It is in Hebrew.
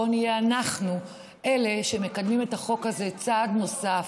בואו נהיה אנחנו אלה שמקדמים את החוק הזה צעד נוסף.